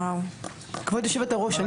כבוד יושבת הראש,